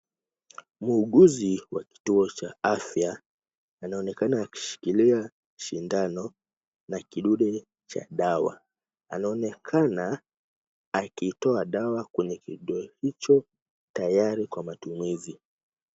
Muguuzi wakituo cha afya, anaonekana akishikilia shindano na kidude cha dawa. Anaonekana akitoa dawa kwenye kidude hicho, tayari kwa matumizi.